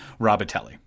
Robitelli